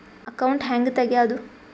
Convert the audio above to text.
Account ಹ್ಯಾಂಗ ತೆಗ್ಯಾದು?